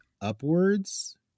upwards